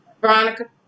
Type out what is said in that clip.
Veronica